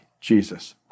Jesus